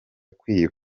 kwiba